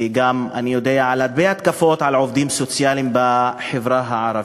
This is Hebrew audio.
ואני יודע על הרבה התקפות של עובדים סוציאליים בחברה הערבית.